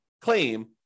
claim